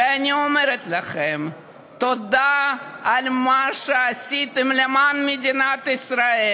ואני אומרת לכם: תודה על מה שעשיתם למען מדינת ישראל.